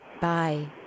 Bye